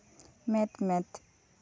ᱢᱮᱫ ᱢᱮᱫ